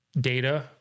data